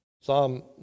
Psalm